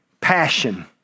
passion